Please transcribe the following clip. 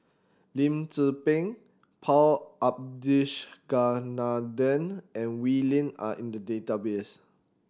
Lim Tze Peng Paul Abisheganaden and Wee Lin are in the database